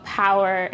power